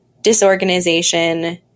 disorganization